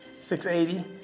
680